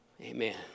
Amen